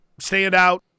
standout